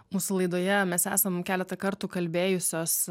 mūsų laidoje mes esam keletą kartų kalbėjusios